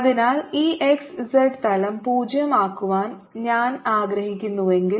അതിനാൽ ഈ x z തലം പൂജ്യമാക്കുവാൻ ഞാൻ ആഗ്രഹിക്കുന്നുവെങ്കിൽ